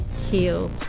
heal